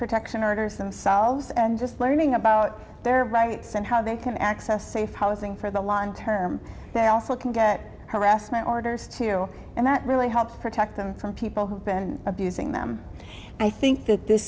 protection orders themselves and just learning about their rights and how they can access safe housing for the law term they also harassment orders to hero and that really helps protect them from people who've been abusing them i think that this